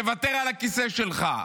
תוותר על הכיסא שלך,